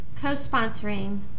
co-sponsoring